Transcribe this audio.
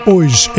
Hoje